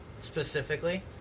specifically